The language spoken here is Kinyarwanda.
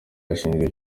yashinjwe